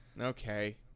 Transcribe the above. Okay